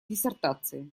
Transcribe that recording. диссертации